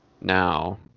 now